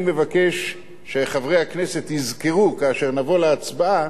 אני מבקש שחברי הכנסת יזכרו כאשר נבוא להצבעה,